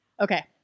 Okay